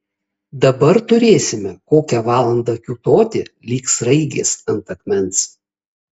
dabar turėsime kokią valandą kiūtoti lyg sraigės ant akmens